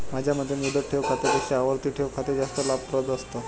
माझ्या मते मुदत ठेव खात्यापेक्षा आवर्ती ठेव खाते जास्त लाभप्रद असतं